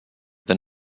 than